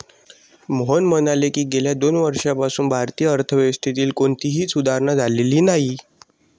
मोहन म्हणाले की, गेल्या दोन वर्षांपासून भारतीय अर्थव्यवस्थेत कोणतीही सुधारणा झालेली नाही